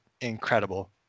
incredible